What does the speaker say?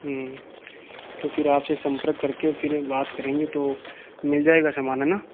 तो फिर आपसे संपर्क करके फिर बात करेंगे तो मिल जाएगा समान है न